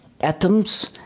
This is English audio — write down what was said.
atoms